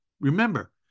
Remember